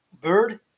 Bird